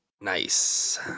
Nice